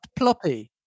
ploppy